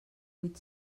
vuit